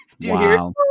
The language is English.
Wow